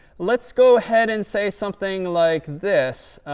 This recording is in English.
let's go ahead and say something like this.